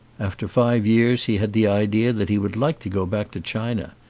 after five years he had the idea that he would like to go back to china.